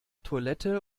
toilette